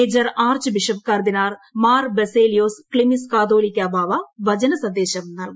major archbishop കർദിനാൾ മാർ ബസേലിയോസ് ക്ലീമിസ് കാതോലിക്കാ ബാവ വചനസന്ദേശം നൽകും